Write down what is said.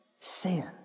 sin